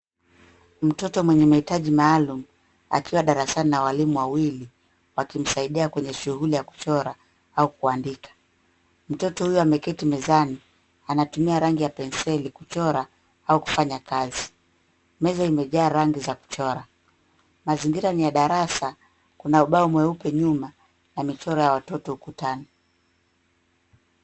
Mtoto mwenye mahitaji maalumu akiwa darasani na walimu wawili wakimsaidia kwenye shughuli ya kuchora au kuandika. Mtoto huyu ameketi mezani. Anatumia rangi ya penseli kuchora au kufanya kazi. Meza imejaa rangi za kuchora. Mazingira ni ya darasa. Kuna ubao mweupe nyuma na michora ya watoto ukutani.